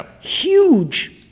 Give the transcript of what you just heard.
Huge